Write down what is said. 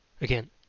Again